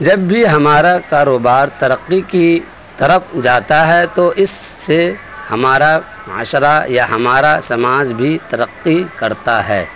جب بھی ہمارا کاروبار ترقی کی طرف جاتا ہے تو اس سے ہمارا معاشرہ یا ہمارا سماج بھی ترقی کرتا ہے